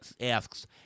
asks